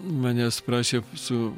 manęs prašė su